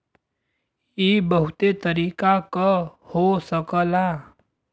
इ बहुते तरीके क हो सकला